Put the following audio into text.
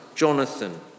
Jonathan